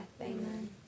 Amen